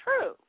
true